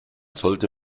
sollte